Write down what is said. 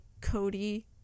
Cody